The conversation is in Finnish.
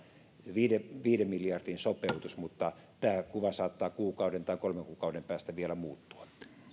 viiden viiden miljardin sopeutus mutta tämä kuva saattaa kuukauden tai kolmen kuukauden päästä vielä muuttua